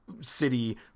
city